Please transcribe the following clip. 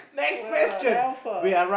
what about Alpha